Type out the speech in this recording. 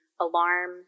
alarm